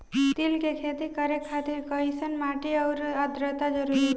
तिल के खेती करे खातिर कइसन माटी आउर आद्रता जरूरी बा?